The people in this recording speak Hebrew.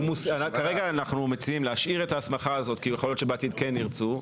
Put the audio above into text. כרגע אנחנו מציעים להשאיר את ההסמכה הזאת כי יכול להיות שבעתיד כן ירצו,